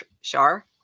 Shar